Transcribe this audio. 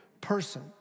person